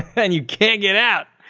and you can't get out.